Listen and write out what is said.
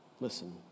Listen